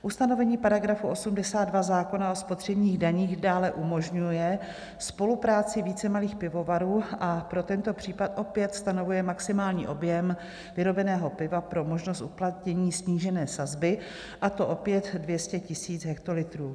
Ustanovení § 82 zákona o spotřebních daních dále umožňuje spolupráci více malých pivovarů a pro tento případ opět stanovuje maximální objem vyrobeného piva pro možnost uplatnění snížení sazby, a to opět 200 000 hektolitrů.